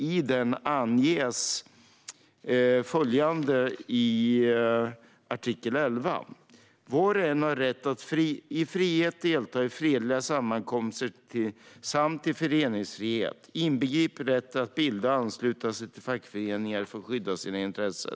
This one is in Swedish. I den anges följande i artikel 11: "Var och en har rätt till frihet att delta i fredliga sammankomster samt till föreningsfrihet, inbegripet rätten att bilda och ansluta sig till fackföreningar för att skydda sina intressen."